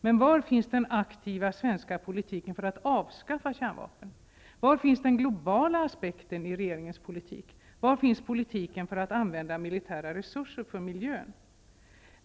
Men var finns den aktiva svenska politiken för att avskaffa kärnvapen? Var finns den globala aspekten i regeringens politik? Var finns politiken för att använda militära resurser för miljön?